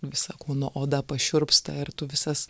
visa kūno oda pašiurpsta ir tu visas